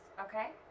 okay